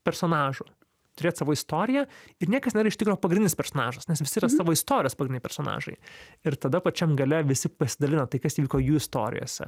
personažu turėt savo istoriją ir niekas nėra iš tikro pagrindinis personažas nes visi yra savo istorijos personažai ir tada pačiam gale visi pasidalina tai kas įvyko jų istorijose